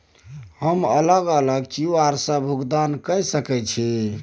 हम अलग अलग क्यू.आर से भुगतान कय सके छि?